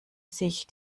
sich